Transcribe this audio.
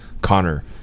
connor